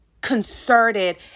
concerted